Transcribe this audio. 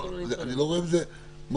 אני לא רואה בזה מהות,